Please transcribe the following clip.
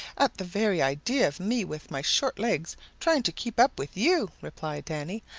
at the very idea of me with my short legs trying to keep up with you, replied danny.